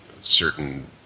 certain